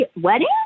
wedding